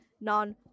non-